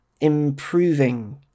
improving